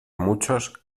muchos